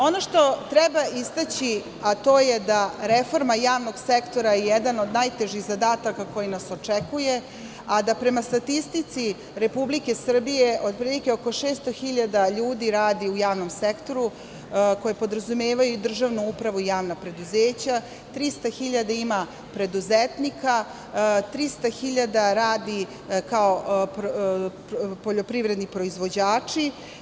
Ono što treba istaći, a to je da reforma javnog sektora je jedan od najtežih zadataka koji nas očekuje a da prema statistici Republike Srbije otprilike oko 600 hiljada ljudi radi u javnom sektoru, koji podrazumevaju državnu upravu i javna preduzeća, 300 hiljada ima preduzetnika, 300 hiljada radi kao poljoprivredni proizvođači.